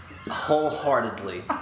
wholeheartedly